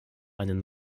einen